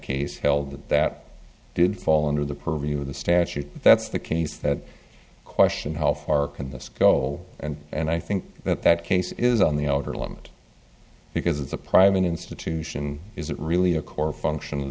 case held that that did fall under the purview of the statute that's the case that question how far can this go and and i think that that case is on the outer limit because it's a private institution isn't really a core function of